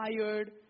tired